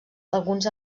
alguns